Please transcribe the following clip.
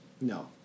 No